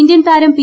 ഇന്ത്യൻതാരം P